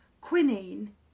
quinine